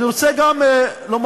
אני רוצה גם לומר,